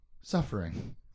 suffering